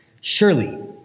Surely